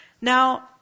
Now